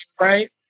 Right